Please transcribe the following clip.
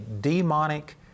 demonic